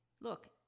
look